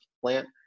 plant